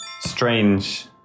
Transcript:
strange